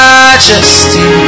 Majesty